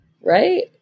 Right